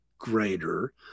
Greater